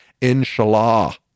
Inshallah